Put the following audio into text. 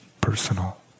personal